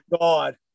God